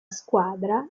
squadra